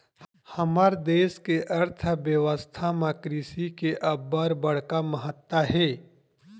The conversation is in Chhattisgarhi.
हमर देस के अर्थबेवस्था म कृषि के अब्बड़ बड़का महत्ता हे